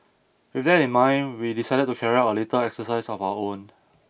with that in mind we decided to carry out a little exercise of our own